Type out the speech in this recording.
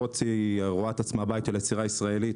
הוט רואה את עצמה הבית של היצירה הישראלית.